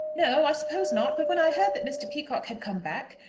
no i suppose not. but when i heard that mr. peacocke had come back,